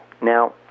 Now